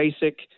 basic